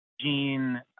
gene